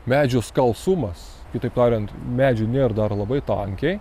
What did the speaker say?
medžių skalsumas kitaip tariant medžių nėr dar labai tankiai